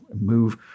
Move